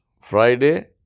Friday